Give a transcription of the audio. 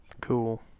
Cool